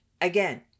Again